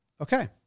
Okay